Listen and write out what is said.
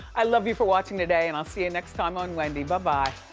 i love you for watching today and i'll see you next time on wendy, bye bye.